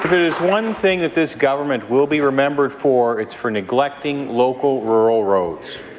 there is one thing that this government will be remembered for, it's for neglecting local rural roads.